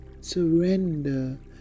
Surrender